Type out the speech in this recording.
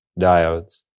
diodes